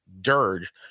dirge